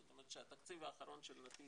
זאת אומרת שהתקציב האחרון של נתיב